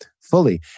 fully